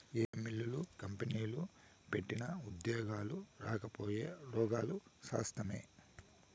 ఏ మిల్లులు, కంపెనీలు పెట్టినా ఉద్యోగాలు రాకపాయె, రోగాలు శాస్తాయే